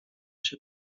się